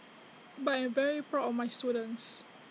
but I am very proud of my students